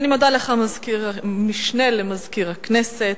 אני מודה לך, המשנה למזכירת הכנסת.